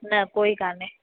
न कोई कोन्हे